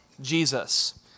Jesus